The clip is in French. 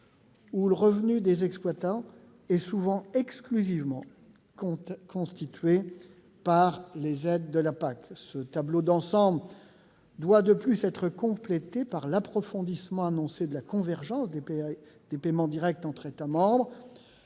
où le revenu des exploitants est souvent exclusivement constitué des aides de la PAC. De plus, ce tableau d'ensemble doit être complété par l'approfondissement annoncé de la convergence des paiements directs entre États membres